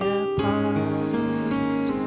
apart